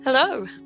Hello